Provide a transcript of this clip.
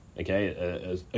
Okay